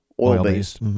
oil-based